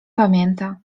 pamięta